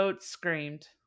screamed